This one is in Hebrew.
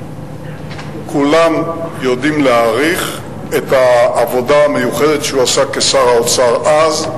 כולם יודעים להעריך את העבודה המיוחדת שהוא עשה כשר האוצר אז,